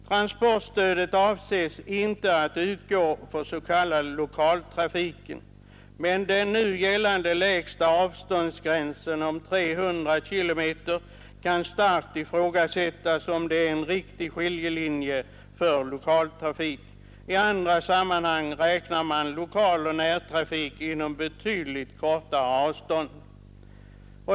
Transportstödet avses inte utgå för s.k. lokaltrafik men det kan starkt ifrågasättas om den nu gällande lägsta avståndsgränsen om 300 km är en riktig skiljelinje för lokaltrafik. I andra sammanhang räknas lokaloch närtrafik inom betydligt kortare avstånd.